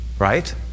Right